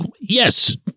yes